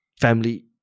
family